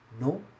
no